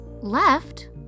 Left